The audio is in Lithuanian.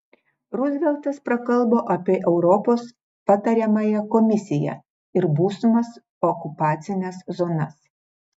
ruzveltas prakalbo apie europos patariamąją komisiją ir būsimas okupacines zonas